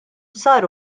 sar